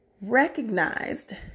recognized